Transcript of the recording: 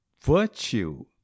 Virtue